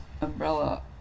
umbrella